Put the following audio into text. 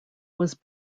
was